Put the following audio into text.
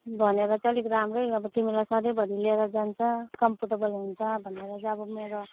भनेर चाहिँ अलिक राम्रै अब तिमीलाई सधैँभरि लिएर जान्छ कम्फर्टेबल हुन्छ भनेर चाहिँ अब मेरो